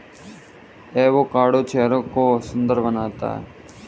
avocado चेहरे को सुंदर बनाता है